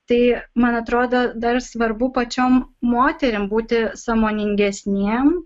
tai man atrodo dar svarbu pačiom moterim būti sąmoningesnėm